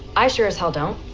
i sure as hell don't.